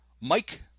Mike